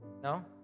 No